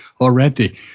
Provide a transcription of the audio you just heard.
already